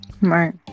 Right